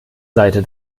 seite